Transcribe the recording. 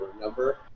number